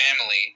family